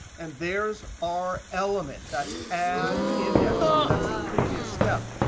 and there's our element. that's add index. that's the previous step.